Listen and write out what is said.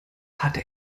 hatte